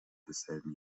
desselben